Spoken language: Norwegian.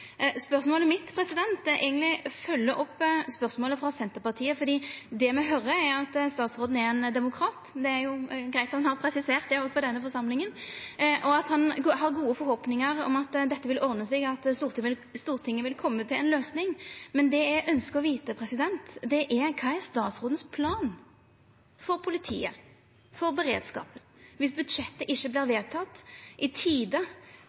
Spørsmålet mitt følgjer opp spørsmålet frå Senterpartiet, fordi det me høyrer, er at statsråden er ein demokrat – greitt at han har presisert det overfor denne forsamlinga – og at han har gode forhåpningar om at dette vil ordna seg, og at Stortinget vil koma til ei løysing, men det eg ønskjer å vita, er kva som er statsrådens plan for politiet, for beredskapen, om budsjettet ikkje vert vedteke i tide